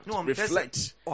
reflect